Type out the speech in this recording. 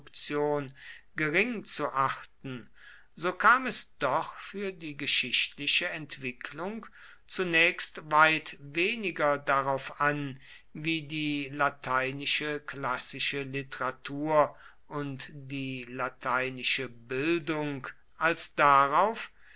gering zu achten so kam es doch für die geschichtliche entwicklung zunächst weit weniger darauf an wie die lateinische klassische literatur und die lateinische bildung als darauf